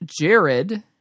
Jared